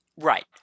right